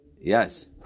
Yes